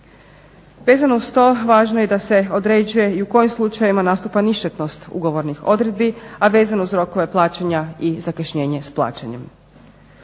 Vezano uz to važno je da se određuje i u kojim slučajevima nastupa ništetnost ugovornih odredbi a vezano uz rokove plaćanja i zakašnjenje s plaćanjem.